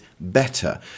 better